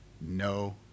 no